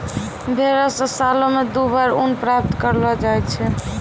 भेड़ो से सालो मे दु बार ऊन प्राप्त करलो जाय छै